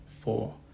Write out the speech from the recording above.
four